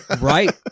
Right